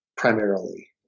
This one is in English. primarily